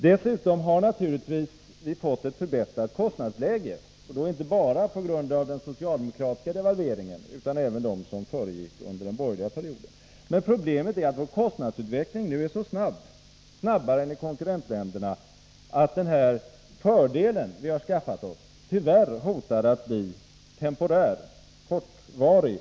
Dessutom har vi naturligtvis fått ett förbättrat kostnadsläge inte bara på grund av den socialdemokratiska devalveringen, utan även till följd av de devalveringar som genomfördes under den borgerliga perioden. Problemet är att vår kostnadsutveckling nu är så snabb — snabbare än i konkurrentländerna — att den fördel vi har skaffat oss tyvärr hotar att bli temporär, att bli kortvarig.